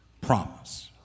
promise